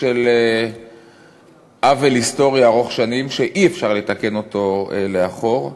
של עוול היסטורי ארוך שנים שאי-אפשר לתקן אותו לאחור.